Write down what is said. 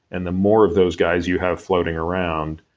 and the more of those guys you have floating around,